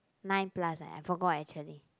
nine plus eh I forgot actually